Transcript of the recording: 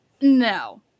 No